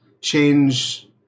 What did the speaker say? change